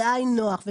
זה היינו הך,